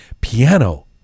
piano